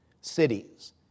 cities